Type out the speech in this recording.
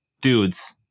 dudes